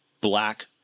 black